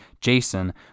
jason